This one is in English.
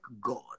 God